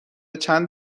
چند